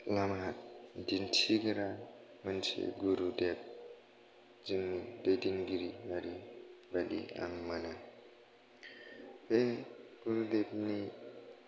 लामा दिन्थिग्रा मानसि गुरुदेब जोंनि दैदेनगिरि आरि बायदि आं मोनो बे गुरुदेबनि